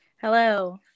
Hello